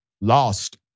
lost